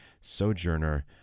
sojourner